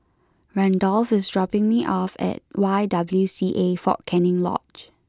Randolph is dropping me off at Y W C A Fort Canning Lodge